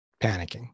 panicking